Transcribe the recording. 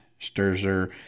Sturzer